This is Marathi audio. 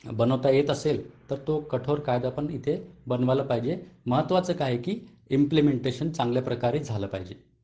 बनवता येत असेल तर तो कठोर कायदा पण इथे बनवायला पाहिजे महत्त्वाचं काय आहे की इम्प्लीमेंटेशन चांगल्या प्रकारे झालं पाहिजे